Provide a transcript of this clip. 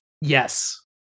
yes